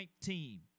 team